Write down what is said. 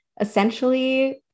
essentially